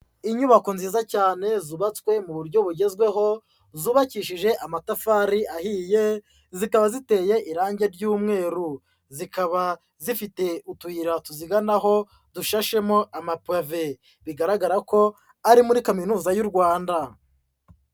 Inyubako nziza cyane zubatswe mu buryo bugezweho, zubakishije amatafari ahiye, zikaba ziteye irange ry'umweru. Zikaba zifite utuyira tuziganaho dushashemo amapave. Bigaragara ko ari muri kaminuza y'u Rwanda.